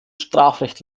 strafrecht